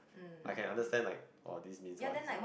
I can understand like or this this one this one